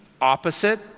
opposite